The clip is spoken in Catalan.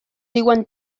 diuen